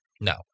No